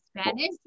Spanish